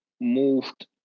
moved